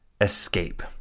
escape